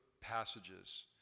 passages